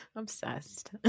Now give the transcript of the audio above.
Obsessed